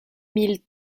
mille